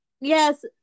Yes